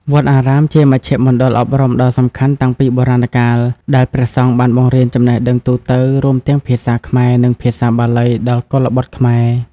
វត្តអារាមជាមជ្ឈមណ្ឌលអប់រំដ៏សំខាន់តាំងពីបុរាណកាល ដែលព្រះសង្ឃបានបង្រៀនចំណេះដឹងទូទៅ រួមទាំងភាសាខ្មែរ និងភាសាបាលី ដល់កុលបុត្រខ្មែរ។